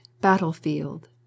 battlefield